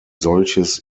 solches